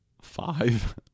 Five